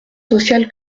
sociale